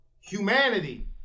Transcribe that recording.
humanity